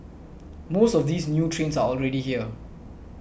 most of these new trains are already here